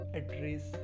address